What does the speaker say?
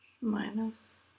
minus